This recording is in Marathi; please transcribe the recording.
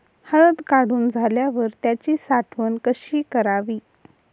हळद काढून झाल्यावर त्याची साठवण कशी करावी?